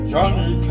Johnny